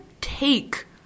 take